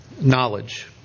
knowledge